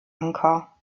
anker